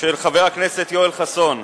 של חבר הכנסת יואל חסון,